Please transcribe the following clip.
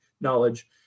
knowledge